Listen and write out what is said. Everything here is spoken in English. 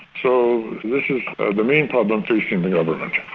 so this is the main problem facing the government.